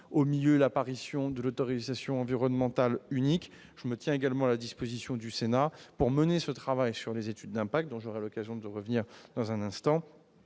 s'ajoute l'apparition de l'autorisation environnementale unique, je me tiens également à la disposition du Sénat pour mener ce travail sur les études d'impact, sur lequel j'aurai l'occasion de revenir dans un instant.